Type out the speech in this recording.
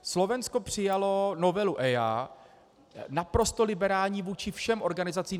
Slovensko přijalo novelu EIA naprosto liberální vůči všem organizacím.